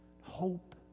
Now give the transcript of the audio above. hope